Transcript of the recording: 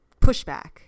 pushback